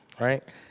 right